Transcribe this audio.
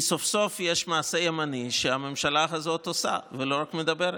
כי סוף-סוף יש מעשה ימני שהממשלה הזאת עושה ולא רק מדברת,